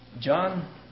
John